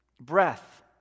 Breath